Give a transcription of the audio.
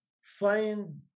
find